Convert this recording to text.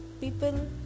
people